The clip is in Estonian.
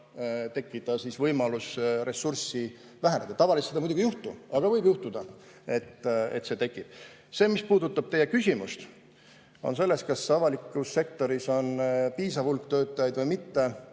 tekkida võimalus ressurssi vähendada. Tavaliselt seda muidugi ei juhtu, aga võib juhtuda, et see tekib. See, mis puudutab teie küsimust, kas avalikus sektoris on piisav hulk töötajaid või mitte,